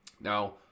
Now